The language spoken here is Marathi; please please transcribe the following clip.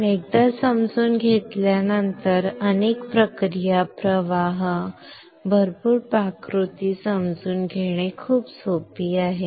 पण एकदा समजून घेतल्यानंतर अनेक प्रक्रिया प्रवाह भरपूर पाककृती समजून घेणे खूप सोपे आहे